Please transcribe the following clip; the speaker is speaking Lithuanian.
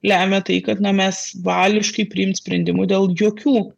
lemia tai kad na mes vališkai priimt sprendimų dėl jokių